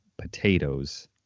potatoes